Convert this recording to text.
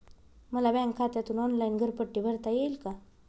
मला बँक खात्यातून ऑनलाइन घरपट्टी भरता येईल का?